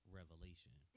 revelation